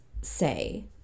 say